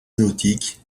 nautique